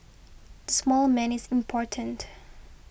the small man is important